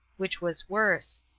which was worse.